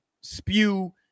spew